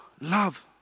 love